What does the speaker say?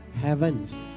heavens